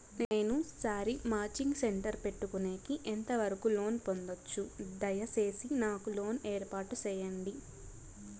నేను sari matching centre పెట్టుకునేకి ఎంత వరకు లోను పొందొచ్చు? దయసేసి నాకు లోను ఏర్పాటు సేయండి?